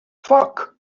foc